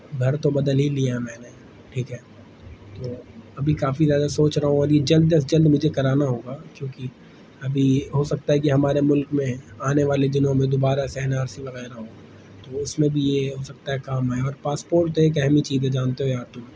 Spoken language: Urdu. گھر تو بدل ہی لیا میں نے ٹھیک ہے تو ابھی کافی زیادہ سوچ رہا ہوں علی جلد از جلد مجھے کرانا ہوگا کیوںکہ ابھی ہو سکتا ہے کہ ہمارے ملک میں آنے والے دنوں میں دوبارہ سے این آر سی وغیرہ ہو تو اس میں بھی یہ ہو سکتا ہے کام آئیں اور پاسپوٹ تو ایک اہم ہی چیز ہے جانتے ہو یار تم